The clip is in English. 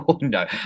no